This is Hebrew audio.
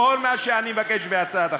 כל מה שאני מבקש בהצעת החוק,